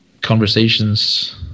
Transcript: conversations